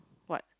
what